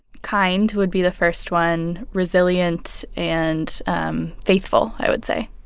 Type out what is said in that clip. kind, would be the first one, resilient and um faithful, i would say